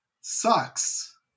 sucks